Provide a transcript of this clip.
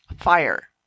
Fire